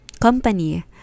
company